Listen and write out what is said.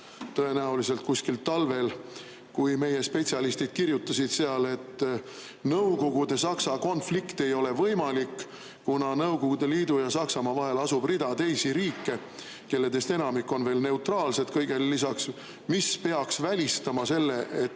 tõenäoliselt 1939. aasta talvel meie spetsialistid kirjutasid seal, et Nõukogude-Saksa konflikt ei ole võimalik, kuna Nõukogude Liidu ja Saksamaa vahel asub rida teisi riike, kellest enamik on kõigele lisaks neutraalsed, mis peaks välistama nii selle, et